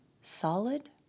solid